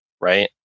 right